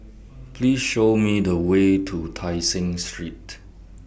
Please Show Me The Way to Tai Seng Street